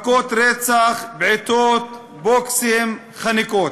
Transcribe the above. מכות רצח, בעיטות, בוקסים, חניקות.